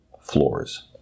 floors